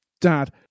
dad